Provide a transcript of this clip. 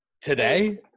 Today